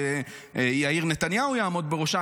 שיאיר נתניהו יעמוד בראשה,